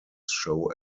show